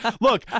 Look